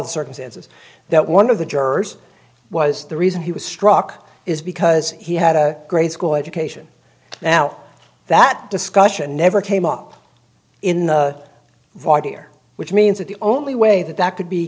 the circumstances that one of the jurors was the reason he was struck is because he had a grade school education now that discussion never came up in the void here which means that the only way that that could be